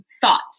thought